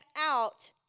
out